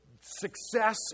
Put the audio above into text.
success